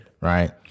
right